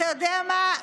אתה יודע מה?